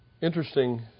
Interesting